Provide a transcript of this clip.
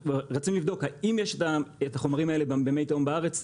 רצינו לבדוק האם יש את החומרים האלה גם במי תהום בארץ,